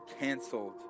canceled